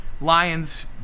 Lions